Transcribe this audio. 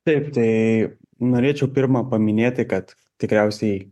taip tai norėčiau pirma paminėti kad tikriausiai